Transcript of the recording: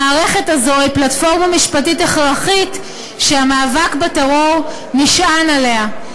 המערכת הזאת היא פלטפורמה משפטית הכרחית שהמאבק בטרור נשען עליה.